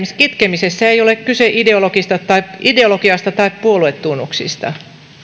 kitkemisessä ei ole kyse ideologiasta tai ideologiasta tai puoluetunnuksista